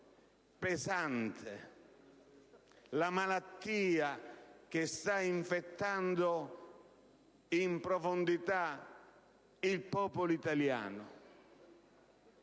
pesante, la malattia che sta infettando in profondità il popolo italiano.